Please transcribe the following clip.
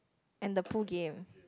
and the pool game